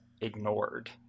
ignored